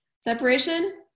Separation